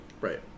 Right